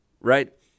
right